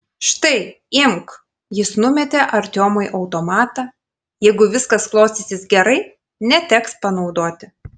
štai imk jis numetė artiomui automatą jeigu viskas klostysis gerai neteks panaudoti